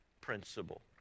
principle